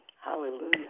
hallelujah